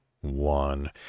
one